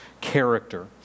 character